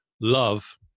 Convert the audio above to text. love